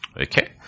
Okay